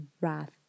wrath